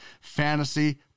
fantasy